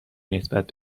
نسبت